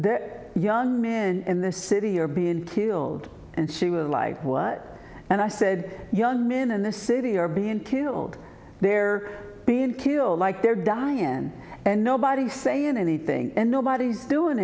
the young men in the city are being killed and she was alive and i said young men in the city are being killed they're being killed like they're dyin and nobody's saying anything and nobody's doing